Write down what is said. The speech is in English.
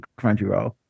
Crunchyroll